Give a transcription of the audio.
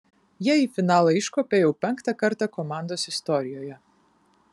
jie į finalą iškopė jau penktą kartą komandos istorijoje